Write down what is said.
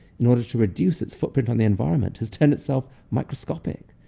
in order to reduce its footprint on the environment, has turned itself microscopic.